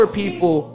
people